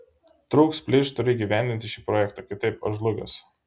trūks plyš turiu įgyvendinti šį projektą kitaip aš žlugęs